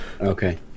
Okay